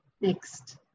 Next